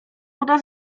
uda